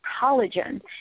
collagen